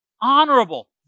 honorable